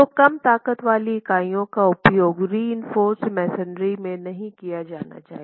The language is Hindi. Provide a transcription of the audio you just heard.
तो कम ताकत वाली इकाइयों का उपयोग रिइंफोर्स मेसनरी में नहीं किया जाना चाहिए